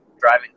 driving